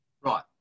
Right